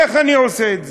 איך אני עושה את זה?